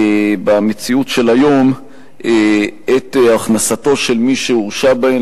במציאות של היום את הכנסתו של מי שהורשע בהן